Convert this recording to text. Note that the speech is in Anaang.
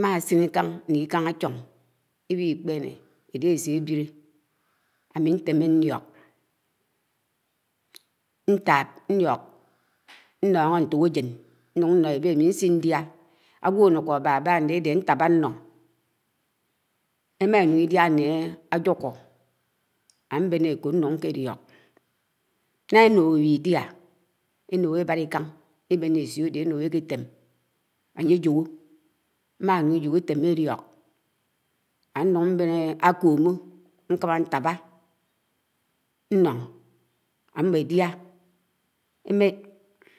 mm̱sin, lkan ná lkán ácho̱n, IIñikpe̱ne̱ álesi abi̱lé, ámi ntéme nlíok, ntáp nlio̱k nnóho ṉtokéjen, nún ṉno ebéh ámi ṉsin ndiá, aǵwo a̱núko ábába ke ñdédé ámi, nsi̱n ṉno. Em̱a Inún Idiá né ajúko, ábene áko nu̱n ké liók nná elóhó eẃi Idiá, enúk ebálá Ikán ebéne esío áde enúk ekétém ańye ajohò, amànù Ijòhò etéme eliók. anún Mbén akóm̱o njámá ntá bá nlo̱n a̱mó ediá.